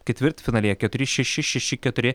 ketvirtfinalyje keturi šeši šeši keturi